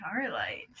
Starlight